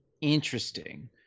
Interesting